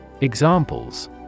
Examples